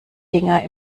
dinger